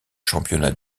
championnats